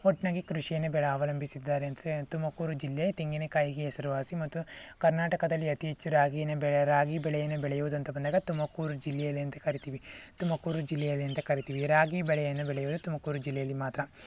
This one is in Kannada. ಒಟ್ನಾಗಿ ಕೃಷಿಯನ್ನೇ ಬೇರೆ ಅವಲಂಬಿಸಿದ್ದಾರೆ ಅಂತ ತುಮಕೂರು ಜಿಲ್ಲೆ ತೆಂಗಿನಕಾಯಿಗೆ ಹೆಸರುವಾಸಿ ಮತ್ತು ಕರ್ನಾಟಕದಲ್ಲಿ ಅತಿ ಹೆಚ್ಚು ರಾಗಿನೇ ಬೆ ರಾಗಿ ಬೆಳೆಯನ್ನು ಬೆಳೆಯುವುದಂತ ಬಂದಾಗ ತುಮಕೂರು ಜಿಲ್ಲೆಯಲ್ಲಿ ಅಂತ ಕರಿತೀವಿ ತುಮಕೂರು ಜಿಲ್ಲೆಯಲ್ಲಿ ಅಂತ ಕರಿತೀವಿ ರಾಗಿ ಬೆಳೆಯನ್ನು ಬೆಳೆಯುವುದು ತುಮಕೂರು ಜಿಲ್ಲೆಯಲ್ಲಿ ಮಾತ್ರ